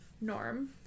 norm